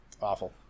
awful